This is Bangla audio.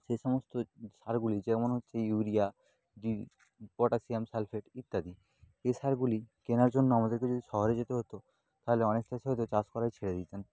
সে সমস্ত সারগুলি যেমন হচ্ছে ইউরিয়া ডি পটাশিয়াম সালফেট ইত্যাদি এই সারগুলি কেনার জন্য আমাদেরকে যদি শহরে যেতে হতো তাহলে অনেক চাষি হয়তো চাষ করাই ছেড়ে দিতেন